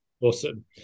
Awesome